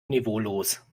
niveaulos